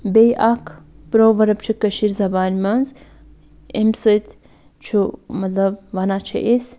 بیٚیہِ اکھ پروؤرٕب چھُ کٔشیٖر زَبانہِ منٛز اَمہِ سۭتۍ چھُ مطلب وَنان چھِ أسۍ